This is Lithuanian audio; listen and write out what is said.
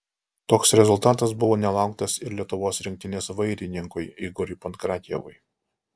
toks rezultatas buvo nelauktas ir lietuvos rinktinės vairininkui igoriui pankratjevui